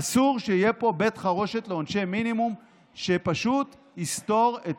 אסור שיהיה פה בית חרושת לעונשי מינימום שפשוט יסתור את